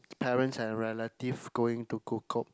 parents and relatives going to Kukup